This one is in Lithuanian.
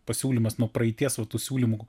pasiūlymas nuo praeities vat tų siūlymų